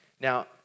Now